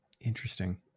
Interesting